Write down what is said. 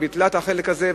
היא ביטלה את החלק הזה,